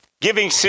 giving